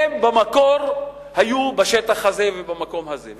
הם במקור היו בשטח הזה ובמקום הזה.